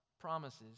promises